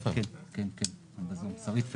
כן, שרית פלבר.